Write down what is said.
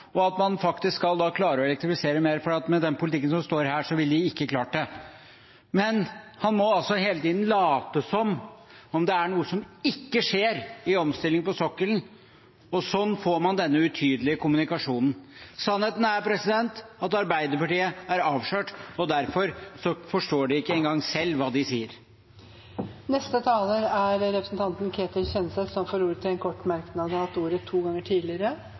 og at man faktisk da skal klare å elektrifisere mer, for med den politikken det står om her, ville de ikke klart det. Men han må altså hele tiden late som om det er noe som ikke skjer i omstillingen på sokkelen, og slik får man denne utydelige kommunikasjonen. Sannheten er at Arbeiderpartiet er avslørt, og derfor forstår de ikke engang selv hva de sier. Representanten Ketil Kjenseth har hatt ordet to ganger tidligere og får ordet til en kort merknad,